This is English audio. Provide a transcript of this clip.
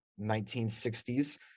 1960s